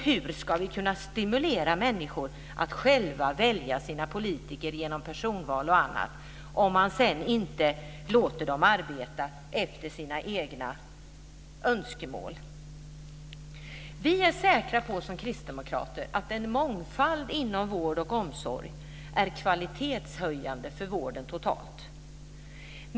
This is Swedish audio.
Hur ska vi kunna stimulera människor att själva välja sina politiker genom personval och annat om man sedan inte låter politikerna arbeta efter människornas egna önskemål? Vi är som kristdemokrater säkra på att en mångfald inom vård och omsorg är kvalitetshöjande för vården totalt.